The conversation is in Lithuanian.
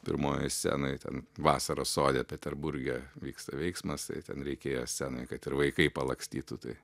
pirmojoje scenoj ten vasarą sode peterburge vyksta veiksmas tai ten reikėjo scenoj kad ir vaikai palakstytų tai